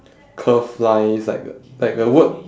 curve line is like like the word